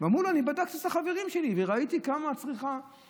ואמרו: אני בדקתי את החברים שלי וראיתי כמה הצריכה,